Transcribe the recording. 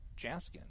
Jaskin